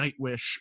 Nightwish